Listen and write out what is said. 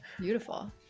Beautiful